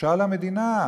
בושה למדינה.